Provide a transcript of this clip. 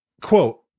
quote